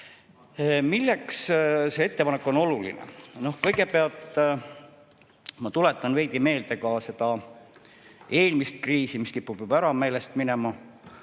Milleks see ettepanek on oluline? Kõigepealt ma tuletan veidi meelde seda eelmist kriisi, mis kipub juba meelest ära minema.